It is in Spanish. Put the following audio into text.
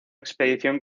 expedición